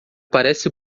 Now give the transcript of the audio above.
parece